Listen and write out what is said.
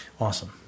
awesome